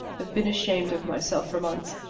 i've been ashamed of myself for months,